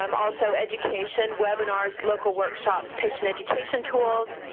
um also, education, webinars, local workshops, patient education tools,